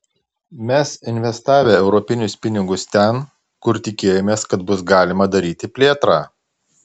mes investavę europinius pinigus ten kur tikėjomės kad bus galima daryti plėtrą